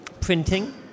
printing